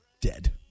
Dead